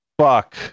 fuck